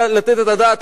על עיר הבירה שלה,